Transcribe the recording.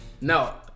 No